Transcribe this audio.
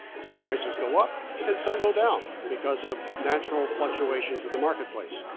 some prices go up and some go down, because of natural fluctuations in the marketplace.